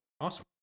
Awesome